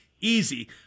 easy